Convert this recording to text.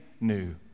new